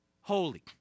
holy